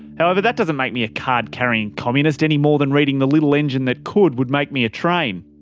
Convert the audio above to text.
however that doesn't make me a card-carrying communist any more than reading the little engine that could would make me a train.